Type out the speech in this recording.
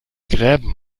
gräben